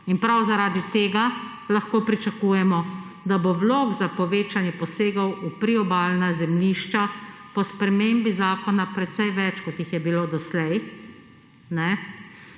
In prav zaradi tega lahko pričakujemo, da bo vlog za povečanje posegov v priobalna zemljišča po spremembi zakona precej več, kot jih je bilo doslej